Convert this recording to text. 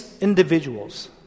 individuals